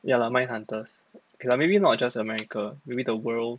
ya lah mind hunters okay lah maybe not just america maybe the world